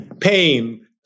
Pain